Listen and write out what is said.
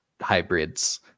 hybrids